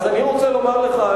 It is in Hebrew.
אז אני רוצה לומר לך,